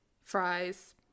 fries